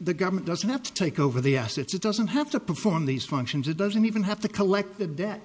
the government doesn't have to take over the assets it doesn't have to perform these functions it doesn't even have to collect the de